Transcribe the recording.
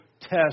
test